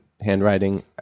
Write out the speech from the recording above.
handwriting